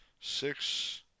Six